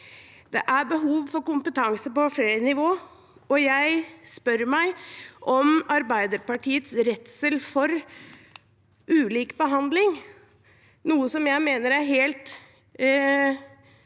Det er behov for kompetanse på flere nivåer, og jeg spør meg om Arbeiderpartiets redsel for ulik behandling – noe jeg mener er helt